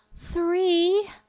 three!